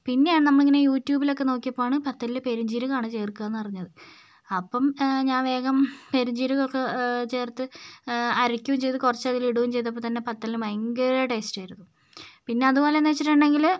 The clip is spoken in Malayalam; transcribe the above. പിന്നെയാണ് നമ്മളിങ്ങനെ യൂട്യൂബിലൊക്കെ നോക്കിയപ്പോൾ ആണ് പത്തലിൽ പെരുംജീരകമാണ് ചേർക്കുകയെന്ന് അറിഞ്ഞത് അപ്പം ഞാൻ വേഗം പെരുംജീരകവും ഒക്കെ ചേർത്ത് അരക്കുകയും ചെയ്തു കുറച്ചതിൽ ഇടുകയും ചെയ്തപ്പോൾ തന്നെ പത്തലിന് ഭയങ്കര ടേസ്റ്റായിരുന്നു പിന്നെ അതുപോലെതന്നെ വെച്ചിട്ടുണ്ടെങ്കിൽ